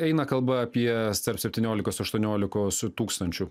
eina kalba apie tarp septyniolikos aštuoniolikos tūkstančių